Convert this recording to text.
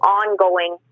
ongoing